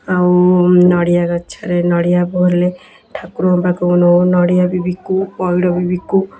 ଆଉ ନଡ଼ିଆ ଗଛରେ ନଡ଼ିଆ ଫଳିଲେ ଠାକୁରଙ୍କ ପାଖକୁ ନେଉ ନଡ଼ିଆ ବି ବିକୁ ପଇଡ଼ ବି ବିକୁ